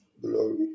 glory